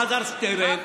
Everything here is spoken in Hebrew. אלעזר שטרן,